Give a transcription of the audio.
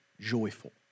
joyful